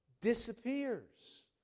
disappears